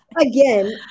Again